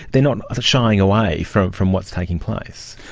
they're not shying away from from what's taking place.